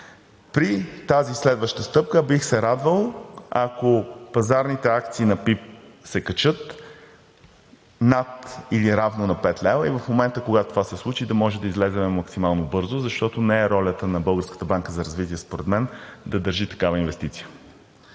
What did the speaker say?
При тази следваща стъпка бих се радвал, ако пазарните акции на ПИБ се качат над или равно на 5 лв. и в момента, когато това се случи, да може да излезем максимално бързо. Защото ролята на Българска банка за развитие